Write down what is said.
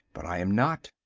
but i am not.